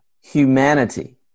humanity